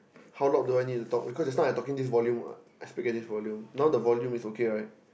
how loud do I need to talk because just now I talking to you in this volume what I speak at this volume now the volume is okay right